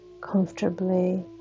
comfortably